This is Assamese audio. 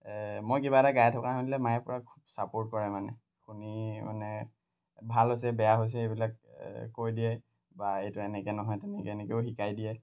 মই কিবা এটা গাই থকা শুনিলে মায়ে কয় খুব ছাপোৰ্ট কৰে মানে শুনি মানে ভাল হৈছে বেয়া হৈছে এইবিলাক কৈ দিয়ে বা এইটো এনেকৈ নহয় তেনেকৈ এনেকেও শিকাই দিয়ে